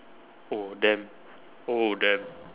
oh damn oh damn